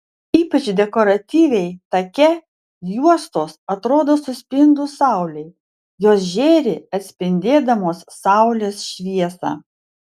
ypač dekoratyviai take juostos atrodo suspindus saulei jos žėri atspindėdamos saulės šviesą